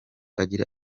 agira